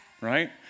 right